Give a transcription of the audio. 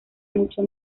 mucho